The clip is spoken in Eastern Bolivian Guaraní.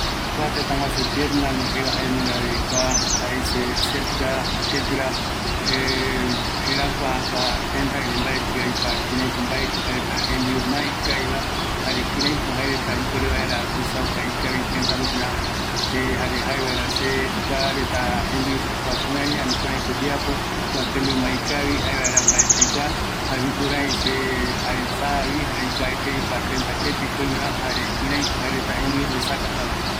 Kua tetaguasu asiatico, yaenduiño jerakua reta, ketɨ ndipo, ëreï jembiu retare mbaetɨ aikuaete, jare aesavi, kuaramo, aikua pota jae kïrako jaereta jembiu, jare kïraïko jae reta oyapo iyeɨpe reta, jare yaikuauka vaera